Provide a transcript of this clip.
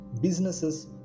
businesses